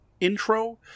intro